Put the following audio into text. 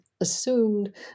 Assumed